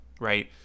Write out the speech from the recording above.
right